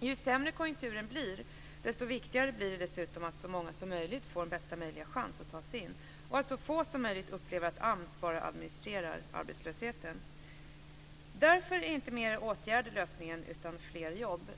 Ju sämre konjunkturen blir, desto viktigare blir det dessutom att så många som möjligt får bästa möjliga chans att ta sig in och att så få som möjligt upplever att AMS bara administrerar arbetslösheten. Därför är inte mer åtgärder lösningen utan fler jobb.